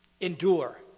endure